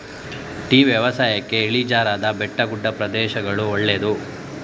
tea ವ್ಯವಸಾಯಕ್ಕೆ ಇಳಿಜಾರಾದ ಬೆಟ್ಟಗುಡ್ಡ ಪ್ರದೇಶಗಳು ಒಳ್ಳೆದು